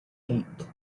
eight